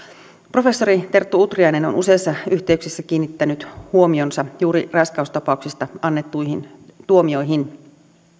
professori terttu utriainen on useissa yhteyksissä kiinnittänyt huomionsa juuri raiskaustapauksista annettuihin tuomioihin